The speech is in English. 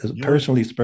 personally